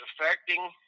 affecting